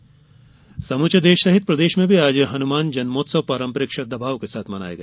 हनुमान जयंती देश सहित प्रदेश में भी आज हनुमान जन्मोत्सव पारंपरिक श्रद्दाभाव से मनाया गया